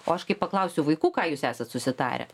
o aš kai paklausiu vaikų ką jūs esat susitarę